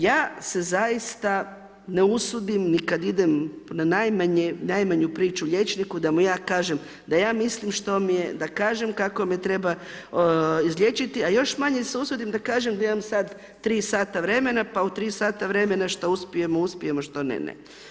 Ja se zaista ne usudim ni kad idem na najmanju priču liječniku da mu ja kažem da ja mislim što mi je, da kažem kako me treba izliječiti, a još manje se usudim da kažem da imam sad tri sata vremena, pa u tri sata vremena što uspijemo, uspijemo, što ne ne.